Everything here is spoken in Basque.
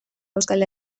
euskal